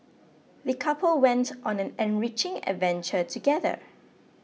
the couple went on an enriching adventure together